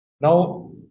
Now